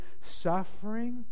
suffering